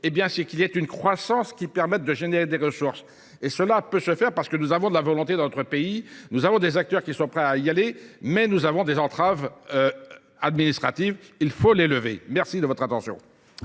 c'est qu'il y ait une croissance qui permette de générer des ressources. Et cela peut se faire parce que nous avons de la volonté dans notre pays, nous avons des acteurs qui sont prêts à y aller, mais nous avons des entraves administratives, il faut les lever. Merci de votre attention.